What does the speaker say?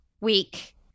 week